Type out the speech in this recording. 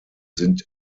sind